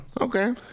Okay